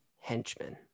henchmen